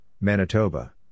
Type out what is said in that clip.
Manitoba